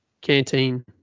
Canteen